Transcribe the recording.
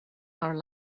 our